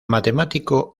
matemático